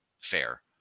fair